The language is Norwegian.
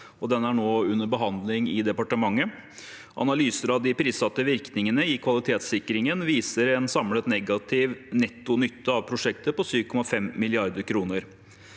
den er nå under behandling i departementet. Analyser av de prissatte virkningene i kvalitetssikringen viser en samlet negativ netto nytte av prosjektet på 7,5 mrd. kr.